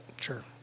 sure